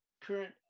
current